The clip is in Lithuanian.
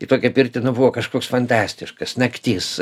į tokią pirtį buvo kažkoks fantastiškas naktis